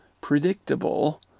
predictable